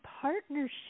partnership